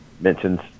mentions